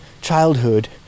childhood